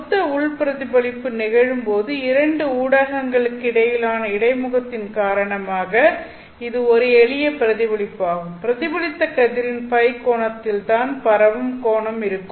மொத்த உள் பிரதிபலிப்பு நிகழும்போது இரண்டு ஊடகங்களுக்கு இடையிலான இடைமுகத்தின் காரணமாக இது ஒரு எளிய பிரதிபலிப்பாகும் பிரதிபலித்த கதிரின் Ø கோணத்தில் தான் பரவும் கோணம் இருக்கும்